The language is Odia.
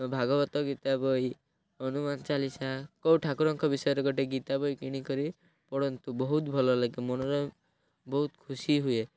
ଭାଗବତ ଗୀତା ବହି ହନୁମାନ ଚାଲିଶା କେଉଁ ଠାକୁରଙ୍କ ବିଷୟରେ ଗୋଟେ ଗୀତା ବହି କିଣିକରି ପଢ଼ନ୍ତୁ ବହୁତ ଭଲ ଲାଗେ ମନରେ ବହୁତ ଖୁସି ହୁଏ